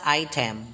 item